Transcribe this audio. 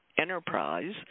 Enterprise